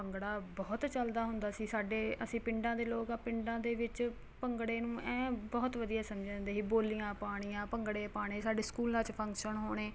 ਭੰਗੜਾ ਬਹੁਤ ਚੱਲਦਾ ਹੁੰਦਾ ਸੀ ਸਾਡੇ ਅਸੀਂ ਪਿੰਡਾਂ ਦੇ ਲੋਕ ਹਾਂ ਪਿੰਡਾਂ ਦੇ ਵਿੱਚ ਭੰਗੜੇ ਨੂੰ ਐਂ ਬਹੁਤ ਵਧੀਆ ਸਮਝਿਆਂ ਜਾਂਦਾ ਸੀ ਬੋਲੀਆਂ ਪਾਉਣੀਆਂ ਭੰਗੜੇ ਪਾਉਣੇ ਸਾਡੀ ਸਕੂਲਾਂ 'ਚ ਫੰਕਸ਼ਨ ਹੋਣੇ